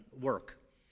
work